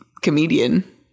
comedian